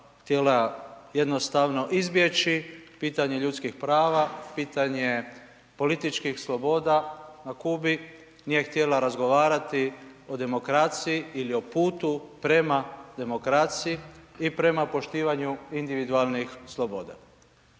htjela jednostavno izbjeći pitanje ljudskih prava, pitanje političkih sloboda na Kubi, nije htjela razgovarati o demokraciji ili o putu prema demokraciji i prema poštivanju individualnih sloboda.